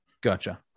Gotcha